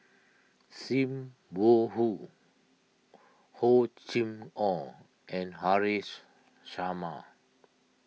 Sim Wong Hoo Hor Chim or and Haresh Sharma